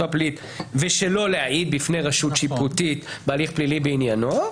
הפלילית ושלא להעיד בפני רשות שיפוטית בהליך פלילי בעניינו,